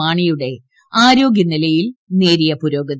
മാണിയുട്ടി ആരോഗ്യനിലയിൽ നേരിയ പുരോഗതി